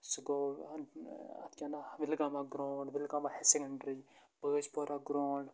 سُہ گوٚو اتھ کیاہ ناو Wilgam ground Wilgam higher secondary Bazipora ground